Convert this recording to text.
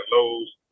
lows